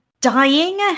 dying